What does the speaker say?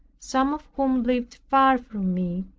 some of whom lived far from me,